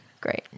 Great